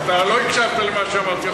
אתה לא הקשבת למה שאמרתי.